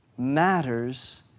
matters